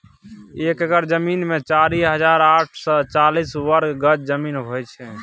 एक एकड़ जमीन मे चारि हजार आठ सय चालीस वर्ग गज जमीन होइ छै